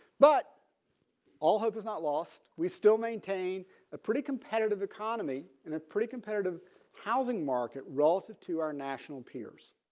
but all hope is not lost. we still maintain a pretty competitive economy in a pretty competitive housing market relative to our national peers.